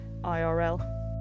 IRL